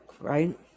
right